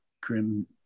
Grim